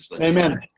Amen